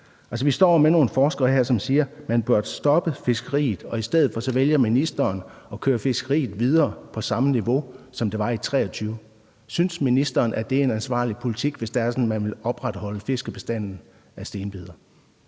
Vi står med nogle forskere her, som siger, at man bør stoppe fiskeriet, og i stedet vælger ministeren at køre fiskeriet videre på samme niveau, som det var i 2023. Synes ministeren, at det er en ansvarlig politik, hvis man vil opretholde fiskebestanden af stenbider?